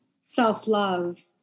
self-love